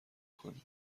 کنیم